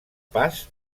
pas